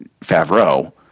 Favreau